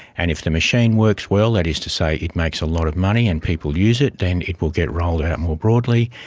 and if the machine works well, that is to say it makes a lot of money and people use it, then it will get rolled out more broadly.